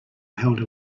held